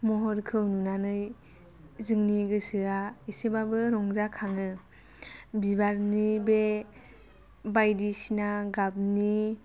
महरखौ नुनानै जोंनि गोसोआ एसेबाबो रंजाखाङो बिबारनि बे बायदिसिना गाबनि